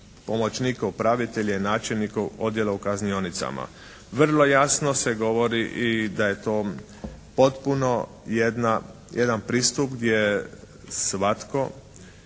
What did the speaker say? pomoćnike upravitelja, načelnika odjela u kaznionicama. Vrlo jasno se govori i da je to potpuno jedan pristup gdje svatko